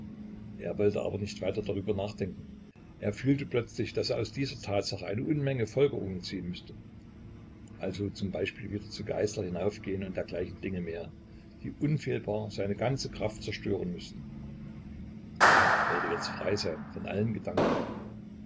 er wollte aber nicht weiter darüber nachdenken er fühlte plötzlich daß er aus dieser tatsache eine unmenge folgerungen ziehen müßte also z b wieder zu geißler hinaufgehen und dergleichen dinge mehr die unfehlbar seine ganze kraft zerstören müßten er wollte jetzt frei sein von allen gedanken